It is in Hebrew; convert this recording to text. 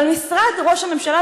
משרד ראש הממשלה,